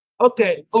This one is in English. Okay